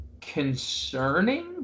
concerning